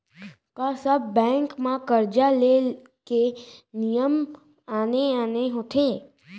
का सब बैंक म करजा ले के नियम आने आने होथे?